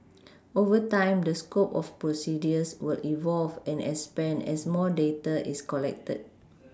over time the scope of procedures will evolve and expand as more data is collected